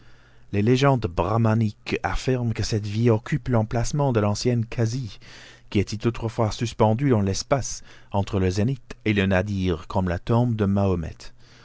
les légendes brahmaniques affirment que cette ville occupe l'emplacement de l'ancienne casi qui était autrefois suspendue dans l'espace entre le zénith et le nadir comme la tombe de mahomet